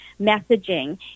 messaging